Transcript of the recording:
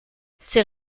ces